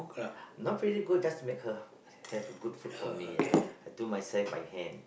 not really good just to make her have a good food from me ya I do myself by hand